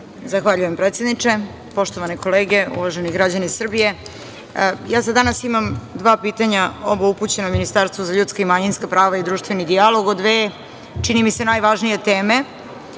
Zahvaljujem, predsedniče, poštovane kolege, uvaženi građani Srbije. Ja za danas imam dva pitanja, oba upućena Ministarstvu za ljudska i manjinska prava i društveni dijalog, o dve, čini mi se najvažnije teme.